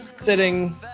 Sitting